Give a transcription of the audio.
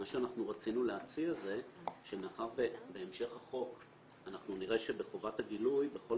אנחנו רצינו להציע שמאחר שבהמשך החוק אנחנו נראה שבחובת הגילוי בכל